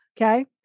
okay